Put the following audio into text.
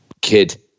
kid